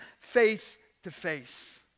face-to-face